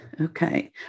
Okay